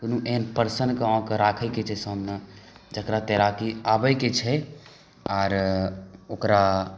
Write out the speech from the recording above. कोनो एहन परसनके गाँवके राखै छैक संगमे जकरा तैराकी आबै के छै आर ओकरा